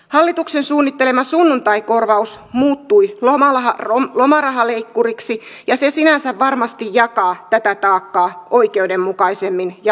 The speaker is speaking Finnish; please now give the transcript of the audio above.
hallituksen suunnittelema sunnuntaikorvaus muuttui lomarahaleikkuriksi ja se sinänsä varmasti jakaa tätä taakkaa oikeudenmukaisemmin ja laajemmalle